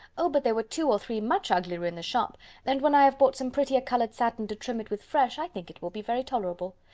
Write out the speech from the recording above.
oh! but there were two or three much uglier in the shop and when i have bought some prettier-coloured satin to trim it with fresh, i think it will be very tolerable.